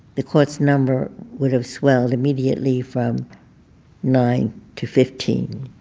the court's number would have swelled immediately from nine to fifteen.